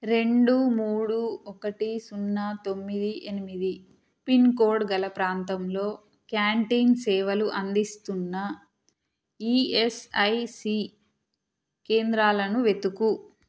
రెండు మూడు ఒకటి సున్నా తొమ్మిది ఎనిమిది పిన్ కోడ్ గల ప్రాంతంలో క్యాంటీన్ సేవలు అందిస్తున్న ఈఎస్ఐసీ కేంద్రాలను వెతుకు